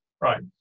right